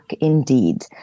indeed